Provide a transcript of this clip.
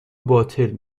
باطل